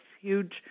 huge